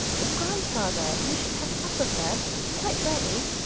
but, grandfather, you should have supper first. it's quite ready.